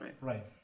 Right